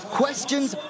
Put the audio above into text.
questions